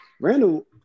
Randall